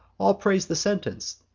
all prais'd the sentence,